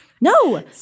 No